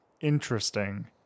interesting